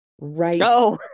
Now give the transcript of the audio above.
right